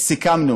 סיכמנו